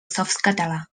softcatalà